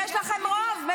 יש לכם רוב.